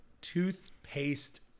toothpaste